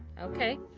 okay.